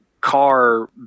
car